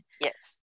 Yes